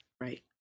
right